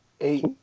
eight